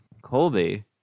colby